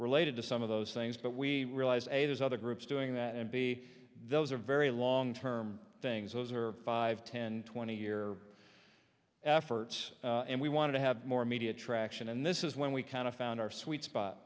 related to some of those things but we realize as other groups doing that and b those are very long term things those are five ten twenty year efforts and we want to have more media traction and this is when we kind of found our sweet spot